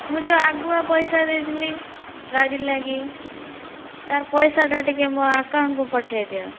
ମୁଁ ଯେଉଁ ଆଗୁଆ ପଇସା ଦେଇଥିଲି ଗାଡ଼ି ଲାଗି ତାର ପଇସାଟା ଟିକେ ମୋ ଆକାଉଣ୍ଟକୁ ପଠାଇଦିଅ